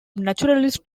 naturalists